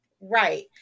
right